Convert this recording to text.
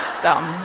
so.